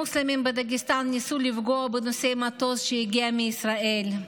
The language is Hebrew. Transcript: המוסלמים בדגסטן ניסו לפגוע בנוסעי מטוס שהגיע מישראל,